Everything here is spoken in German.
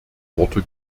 worte